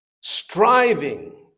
Striving